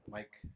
Mike